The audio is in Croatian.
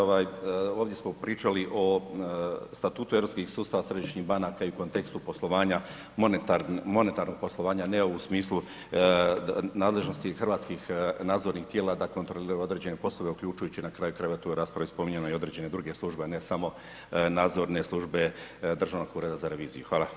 Dakle, kao što i znate i sami ovdje smo pričali o Statutu europskih sustava središnjih banaka i u kontekstu poslovanja monetarnog poslovanja, ne u smislu nadležnosti hrvatskih nadzornih tijela da kontroliraju određene poslove, uključujući na kraju krajeva, tu je u raspravi spominjano i određene druge službe, a ne samo nadzorne službe Državnog ureda za reviziju.